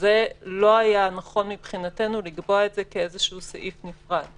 כסעיף נפרד.